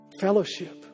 Fellowship